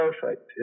perfect